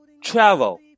Travel